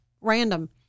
random